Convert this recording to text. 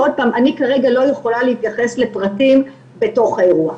כרגע אני לא יכולה להתייחס לפרטים בתוך האירוע.